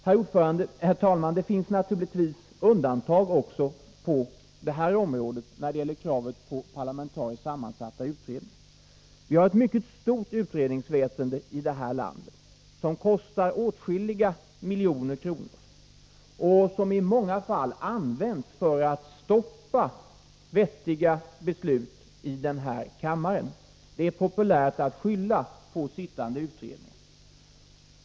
Herr talman! Det finns naturligtvis undantag också på det här området när det gäller kravet på parlamentariskt sammansatta utredningar. Vi har ett mycket stort utredningsväsende i det här landet, som kostar åtskilliga miljoner kronor och som i många fall används för att stoppa vettiga beslut i den här kammaren. Det är populärt att skylla på sittande utredning.